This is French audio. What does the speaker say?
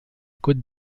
côte